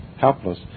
helpless